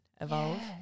evolve